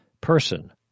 person